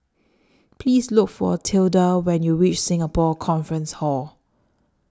Please Look For Tilda when YOU REACH Singapore Conference Hall